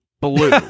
blue